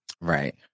Right